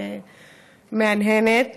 את מהנהנת.